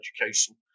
education